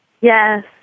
Yes